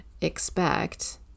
expect